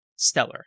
Stellar